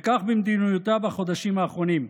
וכך במדיניותו בחודשים האחרונים: